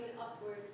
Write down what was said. upward